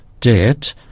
debt